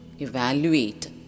evaluate